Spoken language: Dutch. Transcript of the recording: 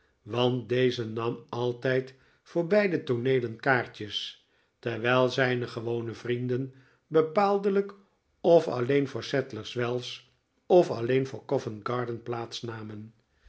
want deze nam altijd voor beide tooneelen kaartjes terwijl zijne gewone vrienden bepaaldelijk of alleen voor sadlers wells of alleen voor govent garden plaats namen